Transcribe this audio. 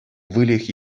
выльӑх